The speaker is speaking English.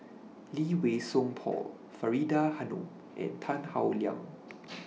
Lee Wei Song Paul Faridah Hanum and Tan Howe Liang